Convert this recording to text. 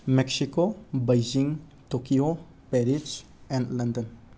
Mexico Beijing Tokyo Paris and London